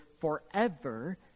forever